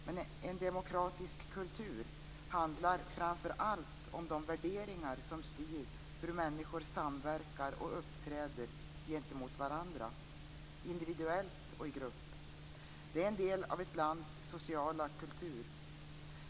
Men en demokratisk kultur handlar framför allt om de värderingar som styr hur människor samverkar och uppträder gentemot varandra individuellt och i grupp. Det är en del av ett lands sociala kultur.